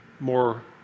more